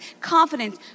confidence